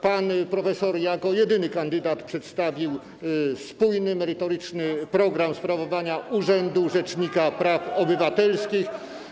Pan profesor jako jedyny kandydat przedstawił spójny, merytoryczny program sprawowania urzędu rzecznika praw obywatelskich.